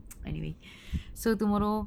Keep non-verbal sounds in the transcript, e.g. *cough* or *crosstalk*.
*noise* anyway *breath* so tomorrow